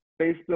Facebook